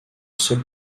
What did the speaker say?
seule